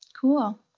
Cool